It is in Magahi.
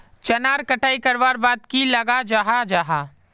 चनार कटाई करवार बाद की लगा जाहा जाहा?